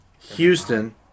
Houston